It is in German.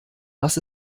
was